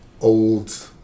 old